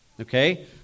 okay